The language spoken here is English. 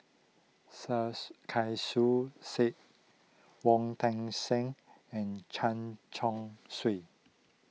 Sarkasi Said Wong Tuang Seng and Chen Chong Swee